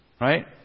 Right